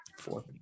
four